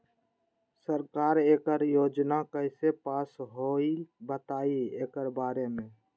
सरकार एकड़ योजना कईसे पास होई बताई एकर बारे मे?